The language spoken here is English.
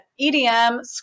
EDM